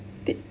tak~